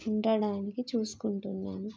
ఉండడానికి చూసుకుంటున్నాను